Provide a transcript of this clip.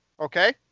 Okay